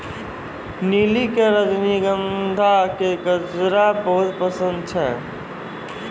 नलिनी कॅ रजनीगंधा के गजरा बहुत पसंद छै